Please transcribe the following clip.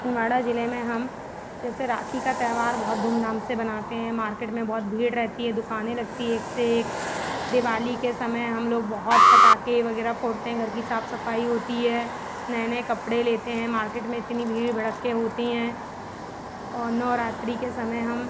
छिंदवाड़ा ज़िले में हम जैसे राखी का त्यौवहार बहुत धूमधाम से मनाते हैं मार्केट में बहुत भीड़ रहती है दुकानें लगती एक से एक दिवाली के समय हम लोग बहुत फटाके वग़ैरह फोड़ते हैं घर की साफ सफाई होती है नाए नए कपड़े लेते हैं मार्केट में इतनी भीड़ भड़क्का होता है और नवरात्रि के समय हम